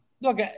look